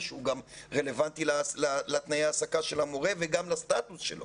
שהוא גם רלוונטי לתנאי ההעסקה של המורה וגם לסטטוס שלו.